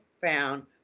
found